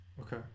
Okay